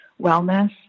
wellness